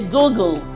Google